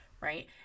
right